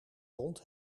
hond